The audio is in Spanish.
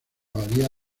abadía